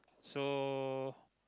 so